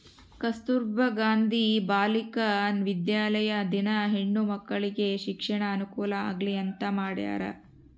ಕಸ್ತುರ್ಭ ಗಾಂಧಿ ಬಾಲಿಕ ವಿದ್ಯಾಲಯ ದಿನ ಹೆಣ್ಣು ಮಕ್ಕಳಿಗೆ ಶಿಕ್ಷಣದ ಅನುಕುಲ ಆಗ್ಲಿ ಅಂತ ಮಾಡ್ಯರ